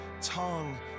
tongue